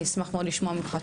אני אשמח מאוד לשמוע ממך,